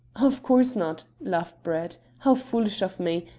of course not, laughed brett. how foolish of me!